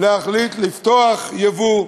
להחליט לפתוח יבוא,